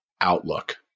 outlook